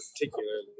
particularly